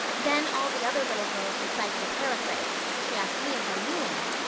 then all the other little girls recited a paraphrase. she asked me if i knew any.